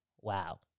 wow